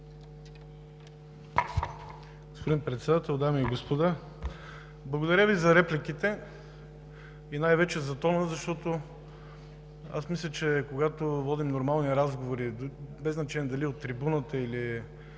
Господин Председател, дами и господа! Благодаря Ви за репликите и най-вече за тона, защото мисля, че когато водим нормални разговори – без значение дали е от трибуната, или